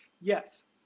yes